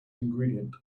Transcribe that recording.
ingredient